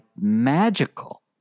magical